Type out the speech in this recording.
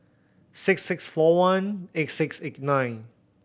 six six four one eight six eight nine